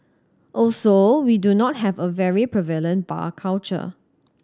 also we do not have a very prevalent bar culture